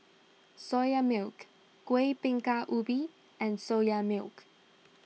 Soya Milk Kuih Bingka Ubi and Soya Milk